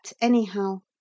anyhow